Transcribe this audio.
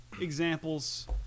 examples –